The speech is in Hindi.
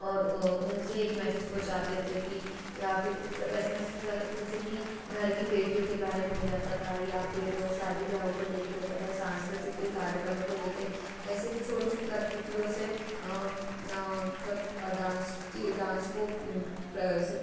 और उनसे एक मैसेज पहुँचाते थे कि या फिर उन तक ऐसे मैसेज पहुँचाते कि जैसे कि घर की बेटियों के बारे में हो जाता था या फिर शादी ब्याहों को लेके होता था या सांस्कृतिक कोई कार्यक्रमों को लेके ऐसे छोटी छोटी कठपुतलियों से मतलब डांस की डांस को प्रसिद्ध